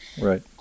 Right